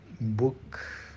book